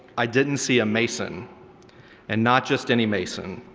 i didn't see a mason and not just any mason,